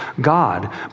God